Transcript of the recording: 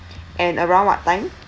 and around what time